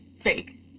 fake